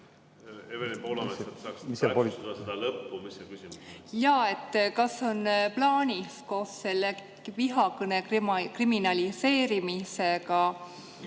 lõppu. Kas on plaanis koos selle vihakõne kriminaliseerimisega